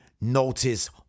notice